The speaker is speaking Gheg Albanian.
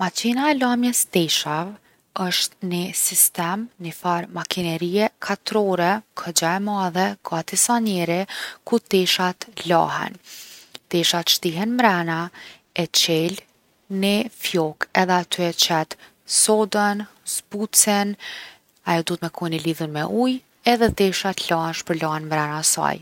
Maqina e lamjes t’teshave osht ni sistem, nifar makinerije katrore, kogja e madhe gati sa njeri, ku teshat lahen. Teshat shtihen mrena, e qel ni fjokë edhe aty e qet sodën, zbutsin, ajo duhet me kon e lidhun me ujë edhe teshat lahen shpërlahen mrena saj.